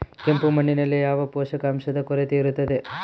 ಕೆಂಪು ಮಣ್ಣಿನಲ್ಲಿ ಯಾವ ಪೋಷಕಾಂಶದ ಕೊರತೆ ಇರುತ್ತದೆ?